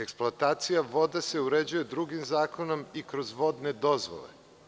Eksploatacija voda se uređuje drugim zakonom i kroz vodne dozvole.